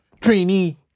trainee